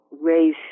race